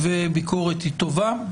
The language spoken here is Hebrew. ביקורת היא טובה.